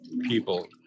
people